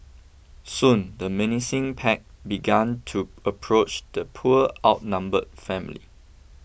soon the menacing pack began to approach the poor outnumbered family